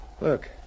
Look